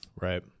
Right